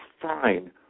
fine